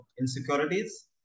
insecurities